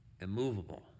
immovable